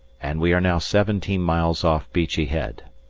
and we are now seventeen miles off beachy head.